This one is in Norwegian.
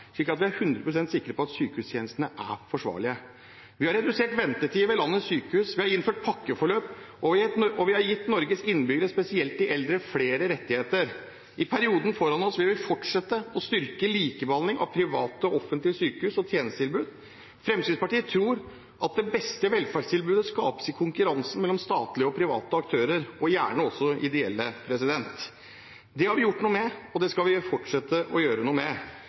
slik at vi er 100 pst. sikre på at sykehustjenestene er forsvarlige. Vi har redusert ventetidene ved landets sykehus, vi har innført pakkeforløp, og vi har gitt Norges innbyggere, spesielt de eldre, flere rettigheter. I perioden vi har foran oss, vil vi fortsette å styrke likebehandling av private og offentlige både sykehus og tjenestetilbud. Fremskrittspartiet tror at det beste velferdstilbudet skapes i konkurransen mellom statlige og private aktører – og gjerne også ideelle. Det har vi gjort noe med, og det skal vi fortsette med.